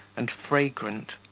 and fragrant,